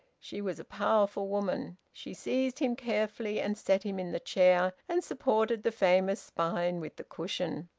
she was a powerful woman. she seized him carefully and set him in the chair, and supported the famous spine with the cushion.